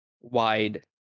wide